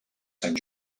sant